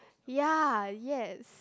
ya yes